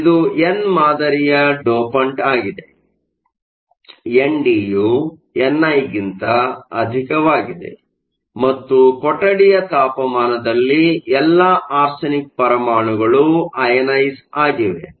ಆದ್ದರಿಂದ ಇದು ಎನ್ ಮಾದರಿಯ ಡೋಪಂಟ್ ಆಗಿದೆ ಎನ್ಡಿ ಯು ಎನ್ಐ ಗಿಂತ ಅಧಿಕವಾಗಿದೆ ಮತ್ತು ಕೊಠಡಿಯ ತಾಪಮಾನದಲ್ಲಿ ಎಲ್ಲಾ ಆರ್ಸೆನಿಕ್ ಪರಮಾಣುಗಳು ಐಅಯನೈಸ಼್ ಆಗಿವೆ